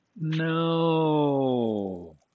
No